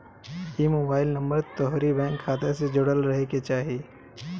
इ mobile number तोहरी bank खाता से जुड़ल रहे के चाही